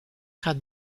gaat